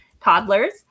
toddlers